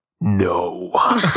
no